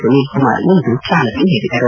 ಸುನೀಲ್ ಕುಮಾರ್ ಇಂದು ಚಾಲನೆ ನೀಡಿದರು